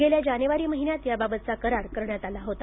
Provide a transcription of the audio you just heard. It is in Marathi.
गेल्या जानेवारी महिन्यात याबाबतचा करार करण्यात आला होता